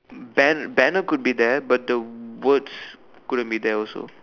ban banner could be there but the words could have been there also